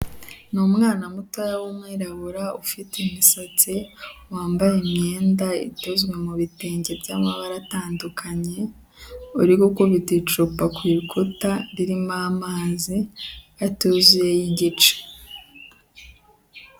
Ni umwana mutoya w'umwirabura ufite imisatsi wambaye imyenda idozwe mu bitenge by'amabara atandukanye, uri gukubita icupa ku rukuta ririmo amazi atuzuye y'igice.